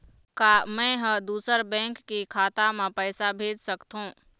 का मैं ह दूसर बैंक के खाता म पैसा भेज सकथों?